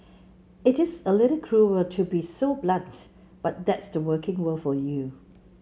it is a little cruel to be so blunt but that's the working world for you